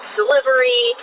delivery